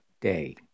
day